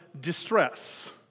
Distress